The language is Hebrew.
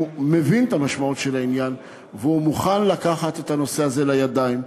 שמבין את המשמעות של העניין ומוכן לקחת את הנושא הזה לידיים,